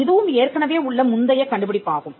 இதுவும் ஏற்கனவே உள்ள முந்தைய கண்டுபிடிப்பாகும்